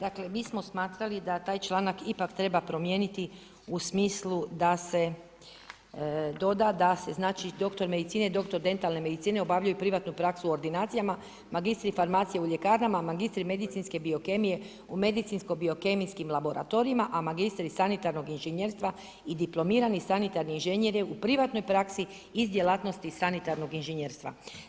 Dakle mi smo smatrali da taj članak ipak treba promijeniti u smislu da se doda da se znači dr. medicine i dr. dentalne medicine obavljaju privatnu praksu u ordinacijama, magistri farmacije u ljekarnama, magistri medicinske biokemije u medicinsko-biokemijskim laboratorijima, a magistri sanitarnog inženjerstva i diplomirani sanitarni inženjer je u privatnoj praksi iz djelatnosti sanitarnog inženjerstva.